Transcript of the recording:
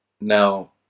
Now